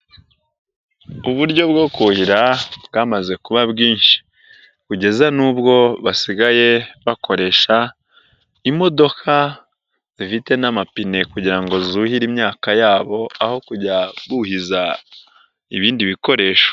Uburyo bwo kuhira bwamaze kuba bwinshi, kugeza n'ubwo basigaye bakoresha imodoka zifite n'amapine kugira ngo zuhire imyaka yabo, aho kujya buhiza ibindi bikoresho.